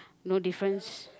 no difference